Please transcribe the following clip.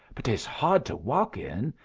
but dey's hard to walk in.